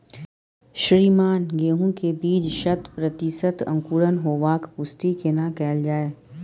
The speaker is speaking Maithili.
श्रीमान गेहूं के बीज के शत प्रतिसत अंकुरण होबाक पुष्टि केना कैल जाय?